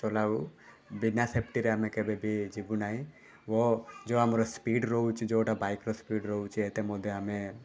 ଚଲାଉ ବିନା ସେଫ୍ଟିରେ ଆମେ କେବେବି ଯିବୁ ନାହିଁ ଓ ଯେଉଁ ଆମର ସ୍ପିଡ଼୍ ରହୁଛି ଯେଉଁଟା ବାଇକ୍ର ସ୍ପିଡ଼୍ ରହୁଛି ଏତେ ମଧ୍ୟ ଆମେ